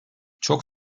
çok